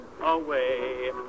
away